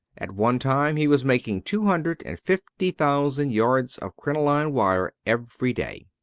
at one time he was making two hundred and fifty thousand yards of crinoline wire every day.